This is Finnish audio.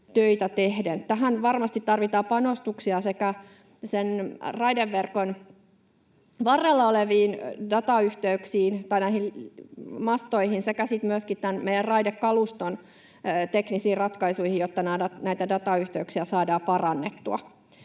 Tässä varmasti tarvitaan panostuksia sekä raideverkon varrella oleviin datayhteyksiin, niihin mastoihin, sekä sitten myöskin meidän raidekaluston teknisiin ratkaisuihin, jotta näitä datayhteyksiä saadaan parannettua.